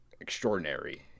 extraordinary